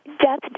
Death